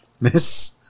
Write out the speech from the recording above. miss